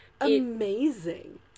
amazing